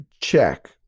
check